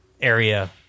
area